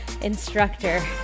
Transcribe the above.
instructor